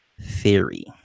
theory